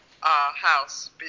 house